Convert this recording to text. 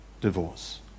divorce